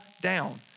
down